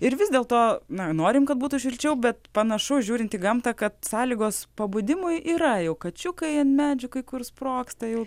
ir vis dėl to na norim kad būtų šilčiau bet panašu žiūrint į gamtą kad sąlygos pabudimui yra jau kačiukai ant medžių kai kur sprogsta jau